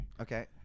Okay